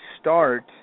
start